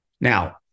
Now